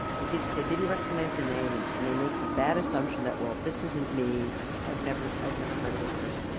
they they didn't recognize the name, and and they make the bad assumption that, well, this isn't me i've never i've never heard of this person.